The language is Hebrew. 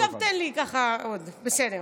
עכשיו תן לי ככה עוד, בסדר.